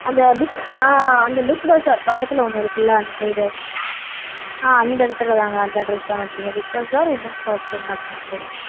அந்த பிக் ஆ அந்த பிக் பஸார் பக்கத்தில் ஒன்று இருக்கில்ல அந்த சைடு ஆ அந்த இடத்துல தாங்க அந்த அட்ரஸ் தான் அப்படிங்க பிக் பஸார் உமன்ஸ் ஹாஸ்டல்னு அப்படினு போடுங்கள்